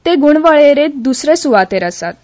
ते गूण वळेरेंत दुसरे सुवातेर आसात